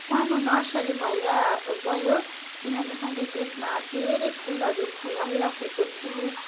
सानो नर्सरी भएर गयो किनभने मैले त्यसमा धेरै फुलहरू फुलाइरहेको छु